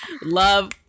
Love